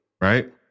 right